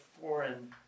foreign